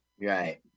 right